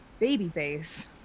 babyface